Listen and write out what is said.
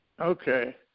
Okay